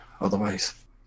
otherwise